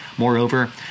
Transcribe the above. Moreover